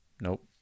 Nope